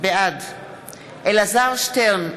בעד אלעזר שטרן,